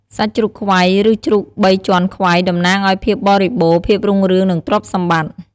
សាច់ជ្រូកខ្វៃ ឬជ្រូកបីជាន់ខ្វៃ តំណាងឱ្យភាពបរិបូរណ៍ ភាពរុងរឿង និងទ្រព្យសម្បត្តិ។